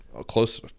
close